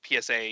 psa